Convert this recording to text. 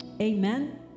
amen